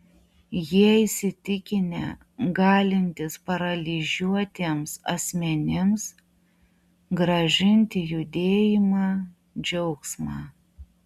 jie įsitikinę galintys paralyžiuotiems asmenims grąžinti judėjimą džiaugsmą